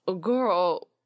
Girl